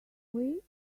wait